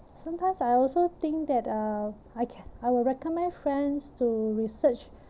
sometimes I also think that uh I can I will recommend friends to research